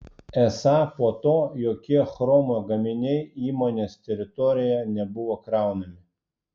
esą po to jokie chromo gaminiai įmonės teritorijoje nebuvo kraunami